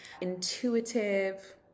intuitive